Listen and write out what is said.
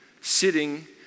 sitting